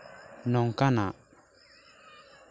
ᱱᱚᱝᱠᱟᱱᱟᱜ